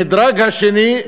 המדרג השני,